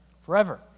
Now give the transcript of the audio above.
Forever